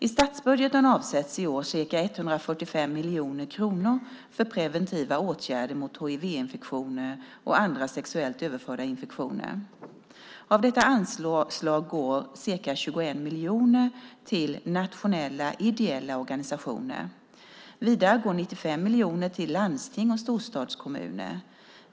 I statsbudgeten avsätts i år ca 145 miljoner kronor för preventiva åtgärder mot hivinfektioner och andra sexuellt överförda infektioner. Av detta anslag går ca 21 miljoner till nationella ideella organisationer. Vidare går 95 miljoner till landsting och storstadskommuner.